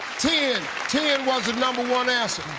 ten. ten was the number one answer.